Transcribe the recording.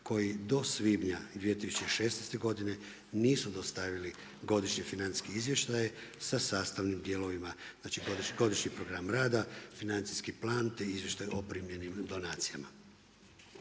koji do svibnja 2016. godine nisu dostavili godišnji financijski izvještaj sa sastavnim dijelovima, znači godišnji program rada, financijski plan, te izvještaj o primljenim donacijama.